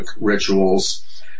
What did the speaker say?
rituals